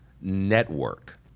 network